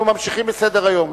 אנחנו ממשיכים בסדר-היום.